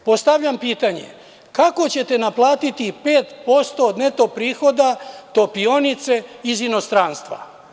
Postavljam pitanje - kako ćete naplatiti 5% od neto prihoda topionice iz inostranstva?